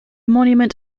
monument